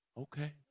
Okay